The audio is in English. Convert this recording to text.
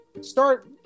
Start